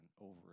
over